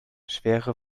schwere